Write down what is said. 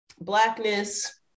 blackness